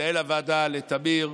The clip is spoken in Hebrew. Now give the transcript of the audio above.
למנהל הוועדה טמיר,